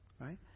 right